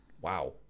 wow